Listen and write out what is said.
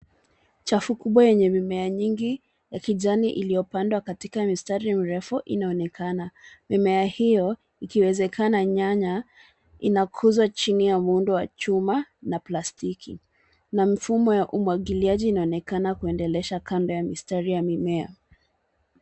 Chafu kubwa yenye mimea nyingi ya kijani iliyopandwa katika mistari mirefu inaonekana. Mimea hio ikiwezekana nyanya inakuzwa chini ya muundo wa chuma na plastiki na mifumo ya umwagiliaji inaonekana kuendelesha kando ya mistari ya mimea.